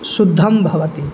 शुद्धं भवति